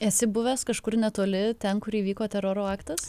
esi buvęs kažkur netoli ten kur įvyko teroro aktas